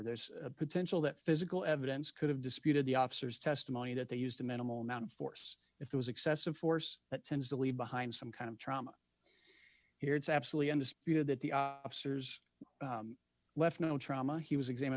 there's a potential that physical evidence could have disputed the officer's testimony that they used a minimal amount of force if there was excessive force that tends to leave behind some kind of trauma here it's absolutely undisputed that the officers left no trauma he was examine